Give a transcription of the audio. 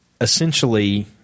essentially